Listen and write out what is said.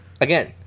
Again